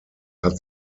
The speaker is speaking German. hat